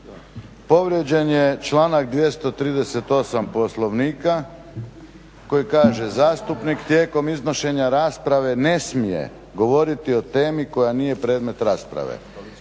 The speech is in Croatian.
Povrijeđen je članak 238. Poslovnika koji kaže: "Zastupnik tijekom iznošenja rasprave ne smije govoriti o temi koja nije predmet rasprave."